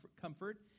comfort